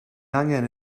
angen